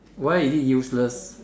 why is it useless